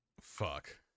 Fuck